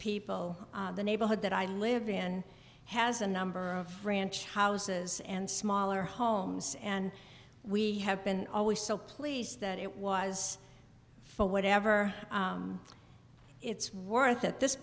people the neighborhood that i live in has a number of ranch houses and smaller homes and we have been always so pleased that it was for whatever it's worth at this